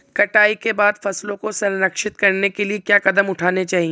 कटाई के बाद फसलों को संरक्षित करने के लिए क्या कदम उठाने चाहिए?